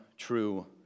true